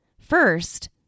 First